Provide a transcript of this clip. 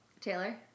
Taylor